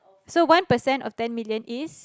so one percent of ten million is